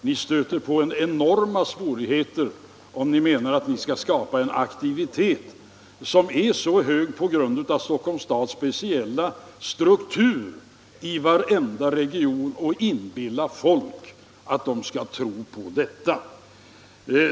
Ni stöter på enorma svårigheter om ni menar att ni i varje region skall kunna skapa en aktivitet som är så hög som den i Stockholms kommun +— som är sådan på grund av Stockholms speciella struktur — och inbilla folk att de kan tro på detta.